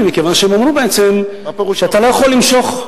מכיוון שהם אמרו בעצם שאתה לא יכול למשוך,